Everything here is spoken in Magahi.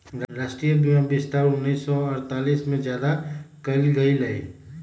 राष्ट्रीय बीमा विस्तार उन्नीस सौ अडतालीस में ज्यादा कइल गई लय